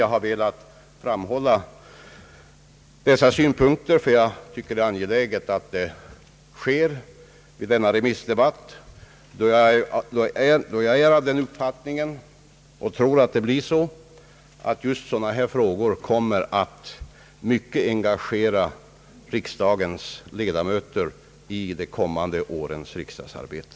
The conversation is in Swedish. Jag har velat framhålla dessa synpunkter eftersom jag anser det angeläget att detta sker i remissdebatten och eftersom jag är av den uppfattningen, att just sådana här frågor kommer att i hög grad engagera riksdagens ledamöter i de kommande årens riksdagsarbete.